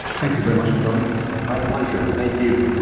thank you very much for joining us. my pleasure, thank you.